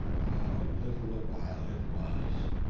how little a while it was!